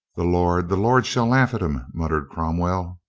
the lord, the lord shall laugh at him, mut tered cromwell.